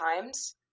Times